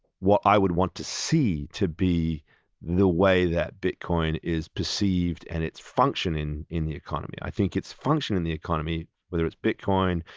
what i would want to see to be the way that bitcoin is perceived and its function in in the economy. i think its function in the economy, whether it's bitcoin,